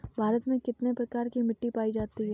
भारत में कितने प्रकार की मिट्टी पायी जाती है?